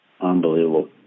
Unbelievable